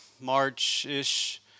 March-ish